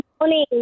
morning